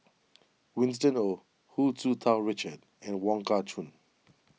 Winston Oh Hu Tsu Tau Richard and Wong Kah Chun